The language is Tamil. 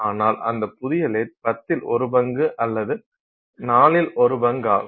ஆனால் அந்த புதிய லேத் பத்தில் ஒரு பங்கு அல்லது நாளில் ஒரு பங்காகும்